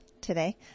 today